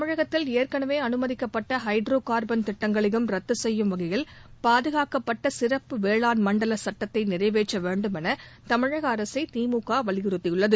தமிழகத்தில் ஏற்கனவே அனுமதிக்கப்பட்ட ஹைட்ரோ கா்பன் திட்டங்களையும் ரத்து செய்யும் வகையில் பாதுகாக்கப்பட்ட சிறப்பு வேளாண் மண்டல சட்டத்தை நிறைவேற்ற வேண்டும் என தமிழக அரசை திமுக வலியுறுத்தியுள்ளது